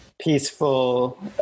peaceful